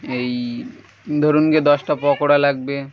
এই ধরুন গিয়ে দশটা পকোড়া লাগবে